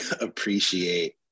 appreciate